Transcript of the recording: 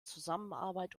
zusammenarbeit